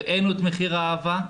הראינו את מחיר האהבה,